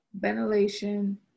ventilation